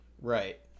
Right